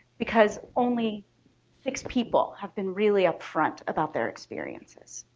because only six people have been really upfront about their experiences.